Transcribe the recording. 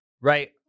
right